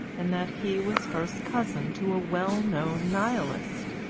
and that he was first cousin to a well-known nihilist.